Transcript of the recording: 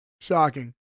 Shocking